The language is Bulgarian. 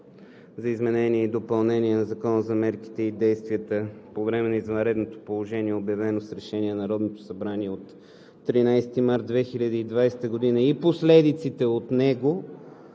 за изменение и допълнение на Закона за мерките и действията по време на извънредното положение, обявено с решение на Народното събрание от 13 март 2020 г., за преодоляване последиците от него,